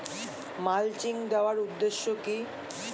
Mulching দেওয়ার উদ্দেশ্য কি?